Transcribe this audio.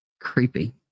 creepy